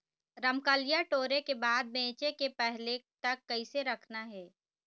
रमकलिया टोरे के बाद बेंचे के पहले तक कइसे रखना हे?